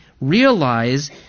realize